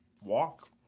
walk